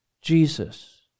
Jesus